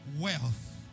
wealth